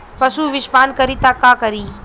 पशु विषपान करी त का करी?